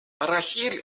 rachel